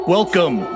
Welcome